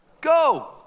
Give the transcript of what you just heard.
go